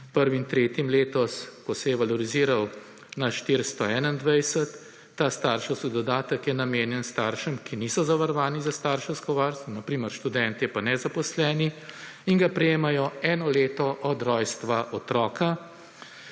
in s 1. 3., letos, ko se je valoriziral na 421, ta starševski dodatek je namenjen staršem, ki niso zavarovani za starševsko varstvo, na primer študentje pa nezaposleni in ga prejemajo eno leto od rojstva otroka.